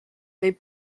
they